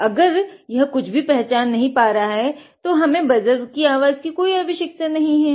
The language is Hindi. तो अगर यह कुछ भी नही पहचान पा रहा है तो हमे बजर की आवाज़ की कोई आवश्यकता नही है